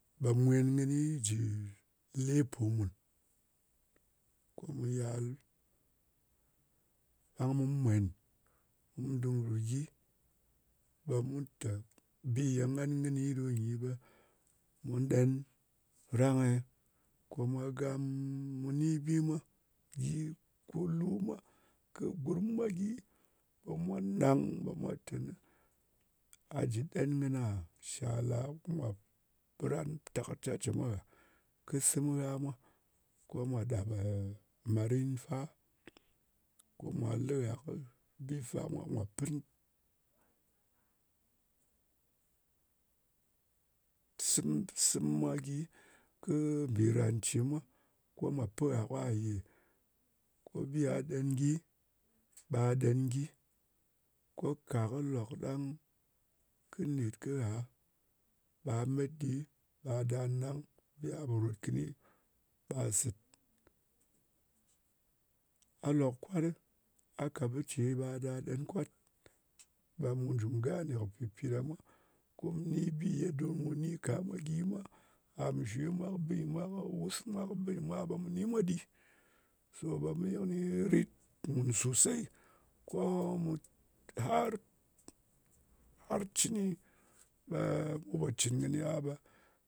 Ɓe mwen kɨni jɨ lepo mùn. Ko mu yal, ɓe mu mwen. Kum du ru gyi, ɓe mu lɨ tè, bi ngan kɨni ɗo nyɨ, ɓe mu ɗen rang-e? Ko mwa gam. Mu ni bi mwa gyi, kɨ lu mwa, kɨ gurm mwa gyi. Ɓe mwa nang ɓe mwa teni a jɨ ɗen kɨna? Shala? Kurang? ce mwa gha. Ko mwa ɗap màrin fa. Ko mwà lɨ ghà kɨ bi fa, ko mwa pɨn sɨm. Sɨm mwa gyi, kɨ mbìràn ce mwa, ko mwà pɨ gha kwa yē. Ko bi gha gyi, ɓa ɗen gyi. Ko ka kɨ lok ɗang kɨ nèt kɨ gha, ɓa met gyi, ɓa da nang bi gha pò ròt kɨni. Ɓa sɨt. A lok kwat ɗɨ, a ka bɨ ce ɓa da ɗen kwat. Ɓe mu jù gane kɨ pɨpi ɗa mwa. Ko mu ni bi ye don mu ni ka mwa gyi mwa. Àm shwe mwa kɨ wus mwa, kɨ bɨ nyɨ mwa, ɓe mu ni mwa ɗyi. To, ɓe bi kɨni rit dung susey. Ko mu ɗa ar. Har cɨni, ɓe mu po cɨn kɨnɨ a ɓe,